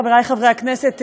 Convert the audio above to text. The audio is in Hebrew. חברי חברי הכנסת,